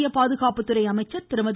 மத்திய பாதுகாப்புத்துறை அமைச்சர் திருமதி